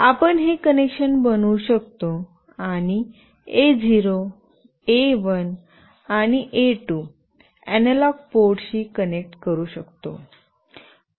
आपण हे कनेक्शन बनवू शकतो आणि A0 A1 आणि A2 एनालॉग पोर्टशी कनेक्ट करा